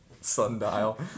Sundial